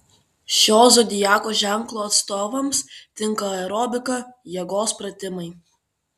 šio zodiako ženklo atstovams tinka aerobika jėgos pratimai